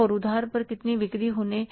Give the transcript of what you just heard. और उधार पर कितनी बिक्री होने वाली है